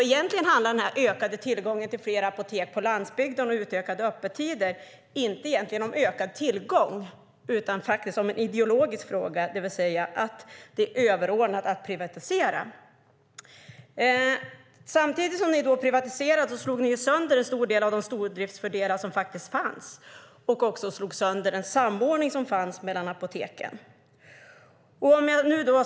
Egentligen handlar den ökade tillgången till fler apotek på landsbygden och utökade öppettider inte om ökad tillgång. I stället handlar det om en ideologisk fråga, om att det är överordnat att privatisera. Samtidigt som ni privatiserade slog ni sönder en stor del av de stordriftsfördelar som faktiskt fanns. Ni slog också sönder den samordning som fanns mellan apoteken.